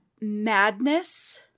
madness